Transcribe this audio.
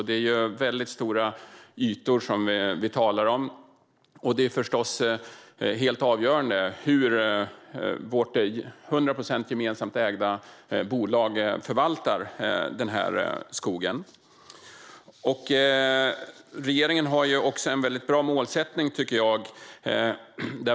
Det är alltså väldigt stora ytor vi talar om, och det är förstås helt avgörande hur vårt 100 procent gemensamt ägda bolag förvaltar den skogen. Regeringen har också en väldigt bra målsättning, tycker jag.